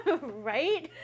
Right